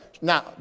Now